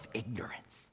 ignorance